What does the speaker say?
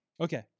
Okay